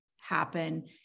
happen